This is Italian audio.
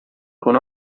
con